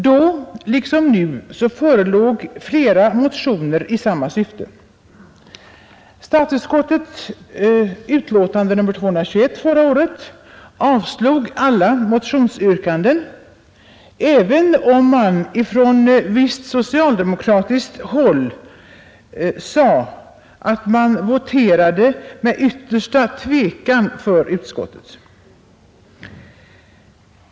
Då liksom nu förelåg flera motioner i samma syfte. Statsutskottets utlåtande nr 221 förra året avstyrkte alla motionsyrkanden. Från visst socialdemokratiskt håll sade man dock att man voterade med yttersta tvekan för utskottet.